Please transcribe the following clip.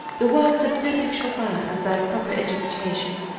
the works of frederic chopin and their proper interpretation,